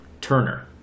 Turner